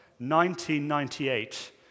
1998